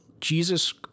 Jesus